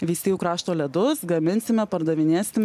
veisiejų krašto ledus gaminsime pardavinėsim